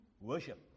worship